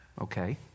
Okay